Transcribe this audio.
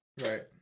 Right